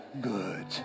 good